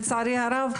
לצערי הרב,